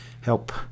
help